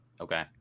Okay